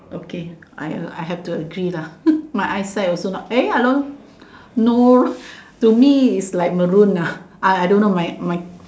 okay I I have to agree lah my eyesight also not hello no to me it's like Maroon lah I don't know my my